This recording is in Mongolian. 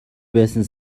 байсан